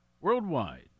Worldwide